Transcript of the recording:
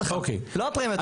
ההוצאות שלך, לא הפרמיות.